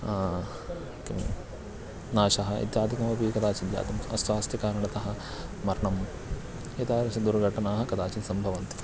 किं नाशः इत्यादिकमपि कदाचित् जातं अस्तु अस्ति कारणतः मरणम् एतादृश दुर्घटनाः कदाचित् सम्भवन्ति